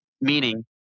Meaning